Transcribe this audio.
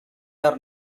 are